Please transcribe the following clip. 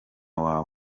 wawe